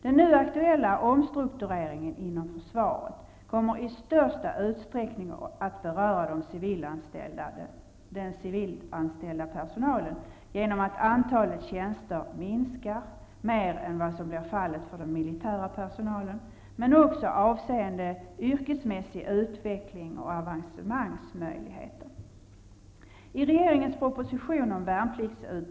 Den nu aktuella omstruktureringen inom försvaret kommer i största utsträckning att beröra den civilanställda personalen genom att antalet tjänster minskar mer än vad som blev fallet för den militära personalen, men också avseende yrkesmässig utveckling och avancemangsmöjligheter.